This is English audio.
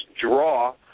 draw